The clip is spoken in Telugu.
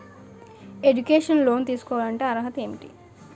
ఎడ్యుకేషనల్ లోన్ తీసుకోవాలంటే అర్హత ఏంటి?